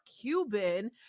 Cuban